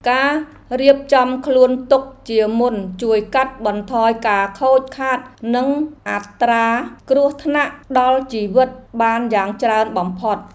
ការរៀបចំខ្លួនទុកជាមុនជួយកាត់បន្ថយការខូចខាតនិងអត្រាគ្រោះថ្នាក់ដល់ជីវិតបានយ៉ាងច្រើនបំផុត។